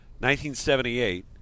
1978